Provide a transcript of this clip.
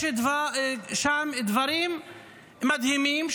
יש שם דברים מדהימים,